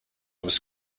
was